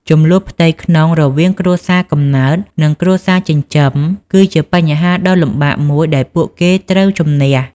ជម្លោះផ្ទៃក្នុងរវាងគ្រួសារកំណើត និងគ្រួសារចិញ្ចឹម គឺជាបញ្ហាដ៏លំបាកមួយដែលពួកគេត្រូវជម្នះ។